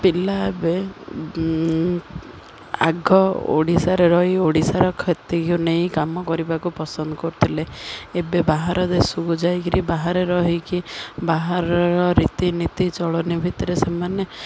ପିଲା ଏବେ ଆଗ ଓଡ଼ିଶାରେ ରହି ଓଡ଼ିଶାର ଖ୍ୟାତିକୁ ନେଇ କାମ କରିବାକୁ ପସନ୍ଦ କରୁଥିଲେ ଏବେ ବାହାର ଦେଶକୁ ଯାଇକିରି ବାହାରେ ରହିକି ବାହାରର ରୀତିନୀତି ଚଳଣି ଭିତରେ ସେମାନେ